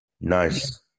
Nice